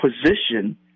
position